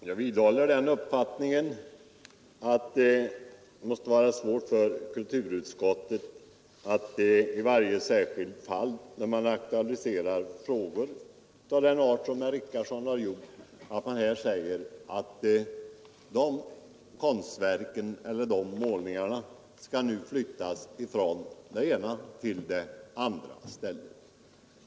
Herr talman! Jag vidhåller uppfattningen att det måste vara svårt för kulturutskottet att i varje särskilt fall i frågor av sådan art som herr Richardson aktualiserat säga att de och de konstverken eller målningarna skall flyttas från ett ställe till ett annat.